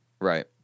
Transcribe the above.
Right